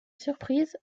surprise